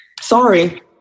Sorry